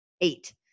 Eight